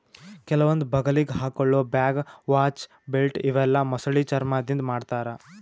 ಕೆಲವೊಂದ್ ಬಗಲಿಗ್ ಹಾಕೊಳ್ಳ ಬ್ಯಾಗ್, ವಾಚ್, ಬೆಲ್ಟ್ ಇವೆಲ್ಲಾ ಮೊಸಳಿ ಚರ್ಮಾದಿಂದ್ ಮಾಡ್ತಾರಾ